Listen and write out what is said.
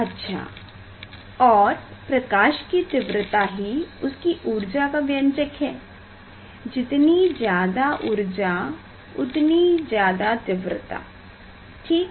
अच्छा और प्रकाश की तीव्रता ही उसकी ऊर्जा का व्यंजक है जितनी ज्यादा ऊर्जा उतनी ज्यादा तीव्रता ठीक